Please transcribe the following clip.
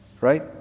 right